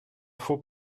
faut